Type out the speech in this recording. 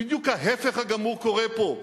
בדיוק ההיפך הגמור קורה פה.